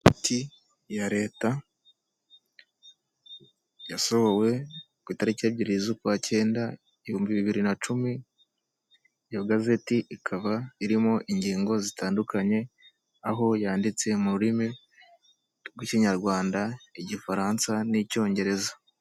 Igazeti ya leta yasohowe ku itariki ebyiri z'ukwa kenda ibihumbi bibiri na cumi, iyo gazeti ikaba irimo ingingo zitandukanye aho yanditse mu rurimi rw'ikinyarwanda igifaransa n'icyongereza.